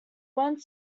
went